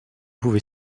pouvez